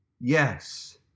Yes